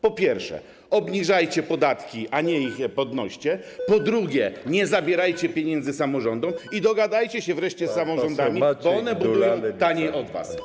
Po pierwsze, obniżajcie podatki, a nie podnoście ich, po drugie, nie zabierajcie pieniędzy samorządom i dogadajcie się wreszcie z samorządami, bo one budują taniej od was.